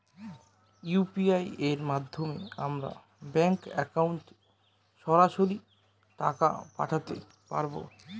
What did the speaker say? UPI এর মাধ্যমে আমরা ব্যাঙ্ক একাউন্টে সরাসরি টাকা পাঠাতে পারবো?